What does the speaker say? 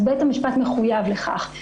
בית המשפט מחויב לכך.